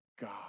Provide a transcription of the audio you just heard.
God